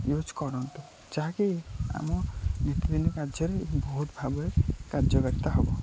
use କରନ୍ତୁ ଯାହାକି ଆମ ନୀତି ଦିନ କାର୍ଯ୍ୟରେ ବହୁତ ଭାବରେ କାର୍ଯ୍ୟବକ୍ତା ହେବ